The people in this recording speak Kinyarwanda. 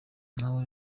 ngaho